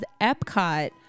epcot